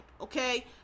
Okay